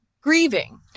grieving